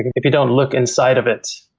if you don't look inside of it,